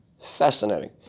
Fascinating